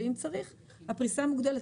ואם צריך הפריסה מוגדלת.